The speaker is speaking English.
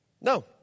No